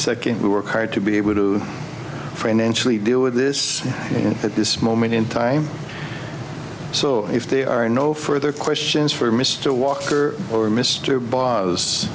second we work hard to be able to friend intially deal with this at this moment in time so if they are no further questions for mr walker or mr b